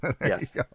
Yes